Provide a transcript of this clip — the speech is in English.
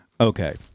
Okay